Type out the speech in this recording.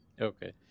okay